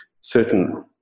certain